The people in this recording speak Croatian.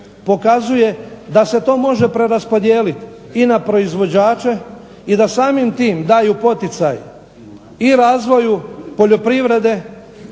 pokazuje da s to može preraspodijeliti i na proizvođače i da samim tim daju poticaj i razvoju poljoprivrede